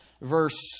Verse